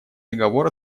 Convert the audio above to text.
договор